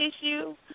issue